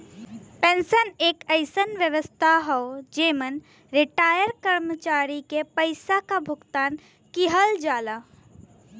pension एक अइसन व्यवस्था हौ जेमन रिटार्यड कर्मचारी के पइसा क भुगतान किहल जाला